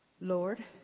Lord